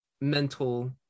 mental